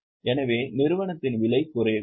எனவே நிறுவனத்தின் விலை குறையக்கூடும்